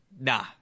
nah